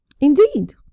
Indeed